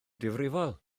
difrifol